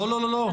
לא, לא, לא, לא.